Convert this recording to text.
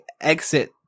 exit